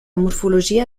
morfologia